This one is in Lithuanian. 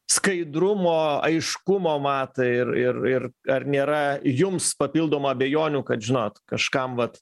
skaidrumo aiškumo matai ir ir ir ar nėra jums papildomų abejonių kad žinot kažkam vat